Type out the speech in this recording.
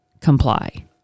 comply